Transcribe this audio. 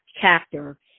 chapter